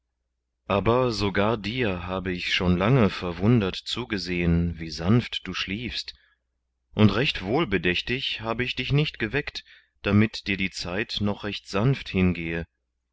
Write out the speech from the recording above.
aber sogar dir habe ich schon lange verwundert zugesehen wie sanft du schliefest und recht wohlbedächtig habe ich dich nicht geweckt damit dir die zeit noch recht sanft hingehe